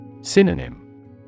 Synonym